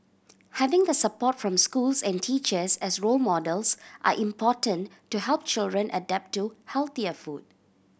having the support from schools and teachers as role models are important to help children adapt to healthier food